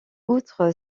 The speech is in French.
outre